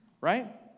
right